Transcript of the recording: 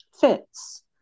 fits